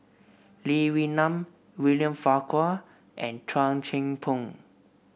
Lee Wee Nam William Farquhar and Chua Thian Poh